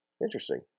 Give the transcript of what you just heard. Interesting